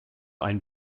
einen